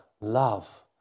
love